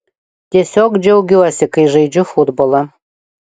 tiesiog džiaugiuosi kai žaidžiu futbolą